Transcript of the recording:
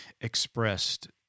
expressed